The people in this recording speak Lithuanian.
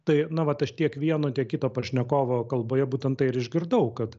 tai na vat aš tiek vieno kito pašnekovo kalboje būtent tai ir išgirdau kad